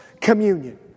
communion